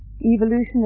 evolution